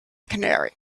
canary